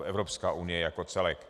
Evropská unie jako celek.